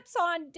on